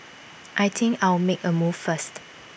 I think I'll make A move first